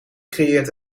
creëert